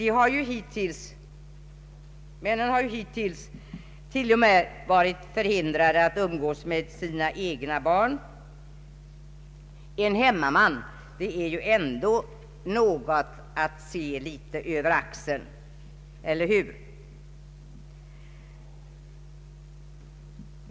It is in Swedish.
De har hittills t.o.m. varit förhindrade att umgås med sina egna barn, och en hemmaman är väl ändå något att se litet över axeln, eller hur?